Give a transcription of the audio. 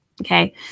okay